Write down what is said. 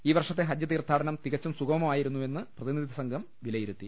ഈവർഷത്തെ ഹജ്ജ് തീർത്ഥാടനം തിക ച്ചും സുഗമമായിരുന്നുവെന്ന് പ്രതിനിധി സംഘം വിലയിരുത്തി